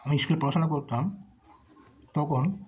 আমি স্কুলে পড়াশোনা করতাম তখন